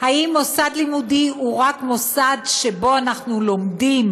האם מוסד לימודי הוא רק מוסד שבו אנחנו לומדים,